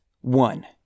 one